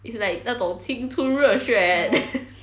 it's like 那种青春热血 then